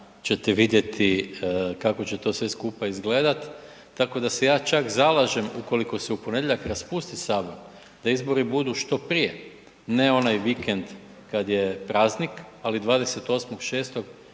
ćete vidjeti kako će sve to skupa izgledati. Tako da se ja čak zalažem, ukoliko se u ponedjeljak raspusti Sabor, da izbori budu što prije. Ne onaj vikend kad je praznik, ali 28.6.